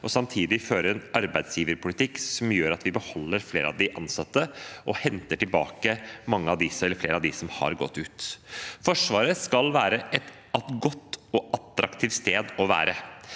og samtidig skal man føre en arbeidsgiverpolitikk som gjør at man beholder flere av de ansatte og henter tilbake flere av dem som har gått ut. Forsvaret skal være et godt og attraktivt sted å være.